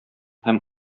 һәм